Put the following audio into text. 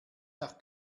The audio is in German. nach